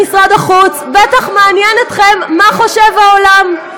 בטח מעניין אתכם מה חושב העולם.